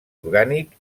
orgànic